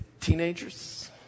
teenagers